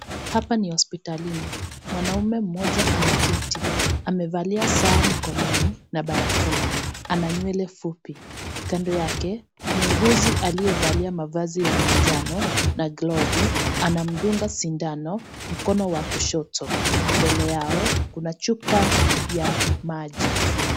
Hapa ni hospitalini. Mwanaume mmoja ameketi. Amevalia saa mkononi na barakoa, ana nywele fupi. Kando yake, muuguzi aliyevalia mavazi ya manjano na glovu anamdunga sindano mkono wa kushoto. Mbele yao kuna chupa ya maji.